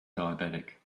diabetic